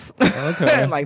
Okay